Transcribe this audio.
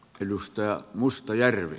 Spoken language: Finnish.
arvoisa puhemies